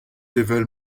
evel